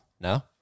No